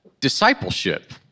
discipleship